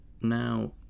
Now